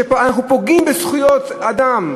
תוך שאנחנו פוגעים בזכויות אדם,